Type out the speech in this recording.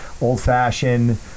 old-fashioned